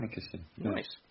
Nice